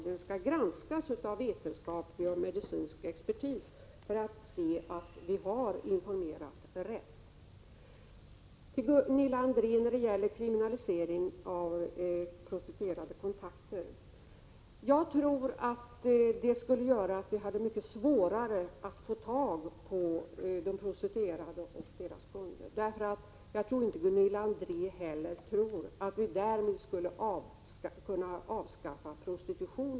Den skall granskas av vetenskaplig och medicinsk expertis för att vi skall få reda på om vi har informerat på rätt sätt. Till Gunilla André vill jag säga att kriminalisering av prostituerades kontakter skulle göra att det blev mycket svårare att få tag på de prostituerade och deras kunder. Gunilla André tror nog inte heller att prostitutionen därmed skulle avskaffas.